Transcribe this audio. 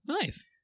Nice